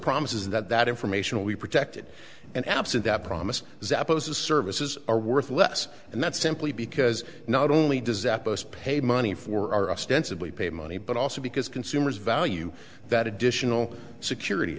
promises that that information will be protected and absent that promise zappos the services are worth less and that simply because not only does that post pay money for are ostensibly paid money but also because consumers value that additional security